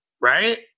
right